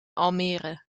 almere